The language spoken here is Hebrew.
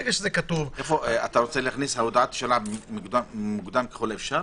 ברגע שזה כתוב --- אתה רוצה להכניס ב"הודעה תישלח מוקדם ככל האפשר"?